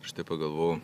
aš taip pagalvojau